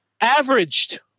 Averaged